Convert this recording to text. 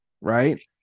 right